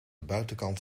buitenkant